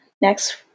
next